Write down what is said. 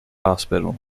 hospital